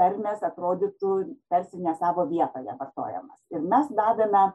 tarmės atrodytų tarsi ne savo vietoje vartojamos ir mes davėme